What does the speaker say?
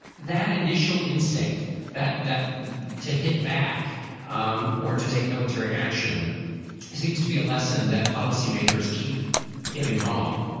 that initial instinct that that to hit back um or to take military action seems to be a lesson that policymakers keep getting wrong.